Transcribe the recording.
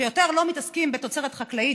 שיותר לא מתעסקים בתוצרת חקלאית,